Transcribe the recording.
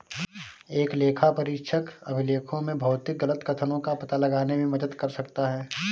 एक लेखापरीक्षक अभिलेखों में भौतिक गलत कथनों का पता लगाने में मदद कर सकता है